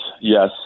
Yes